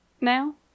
Now